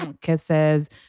kisses